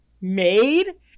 Made